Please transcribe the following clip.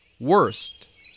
worst